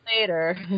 later